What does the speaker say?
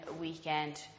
weekend